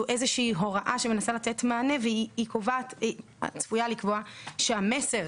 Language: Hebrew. איזושהי הוראה שמנסה לתת מענה והיא צפויה לקבוע שהמסר,